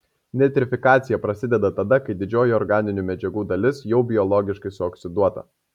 nitrifikacija prasideda tada kai didžioji organinių medžiagų dalis jau biologiškai suoksiduota